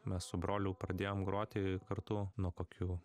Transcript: mes su broliu pradėjom groti kartu nuo kokių